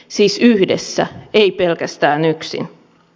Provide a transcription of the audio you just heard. siis yhdessä ei pelkästään yksin